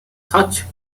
such